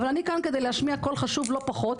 אבל אני כאן כדי להשמיע קול חשוב לא פחות,